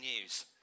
news